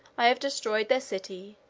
i have destroyed their city,